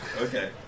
Okay